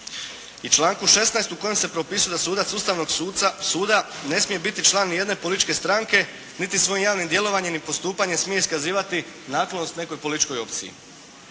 i članku 16. u kojem se propisuje da sudac Ustavnog suda ne smije biti član nijedne političke stranke niti svojim javnim djelovanjem i postupanjem smije iskazivati naklonost nekoj političkoj opciji.